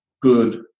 good